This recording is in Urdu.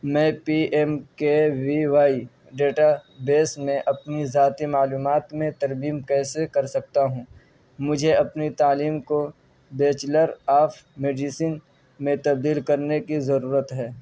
میں P M K V Y database میں اپنی ذاتی معلومات میں ترمیم کیسے کر سکتا ہوں مجھے اپنی تعلیم کو بیچلر آف میڈیسن میں تبدیل کرنے کی ضرورت ہے